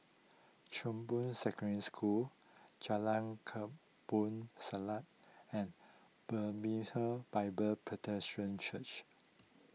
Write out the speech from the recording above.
Chong Boon Secondary School Jalan Kampong Siglap and Bethlehem Bible Presbyterian Church